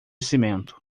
cimento